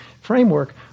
framework